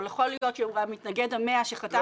או יכול להיות שהוא המתנגד ה-100 שחתם